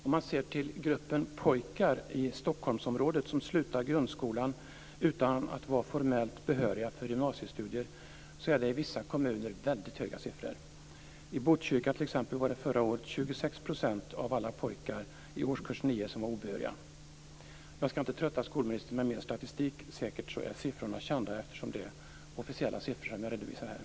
Om man ser till gruppen pojkar i Stockholmsområdet som slutar grundskolan utan att vara formellt behöriga för gymnasiestudier finner man i vissa kommuner väldigt höga siffror. I Botkyrka t.ex. var förra året 26 % av alla pojkar i årskurs 9 obehöriga. Jag skall inte trötta skolministern med mer statistik. Siffrorna är säkert kända eftersom det är officiella siffror som jag redovisar här.